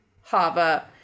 Hava